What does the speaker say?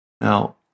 Now